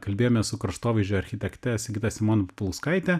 kalbėjome su kraštovaizdžio architekte sigita simon pulskaite